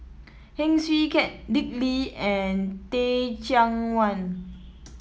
Heng Swee Keat Dick Lee and Teh Cheang Wan